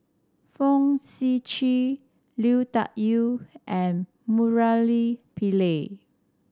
Fong Sip Chee Lui Tuck Yew and Murali Pillai